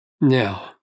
Now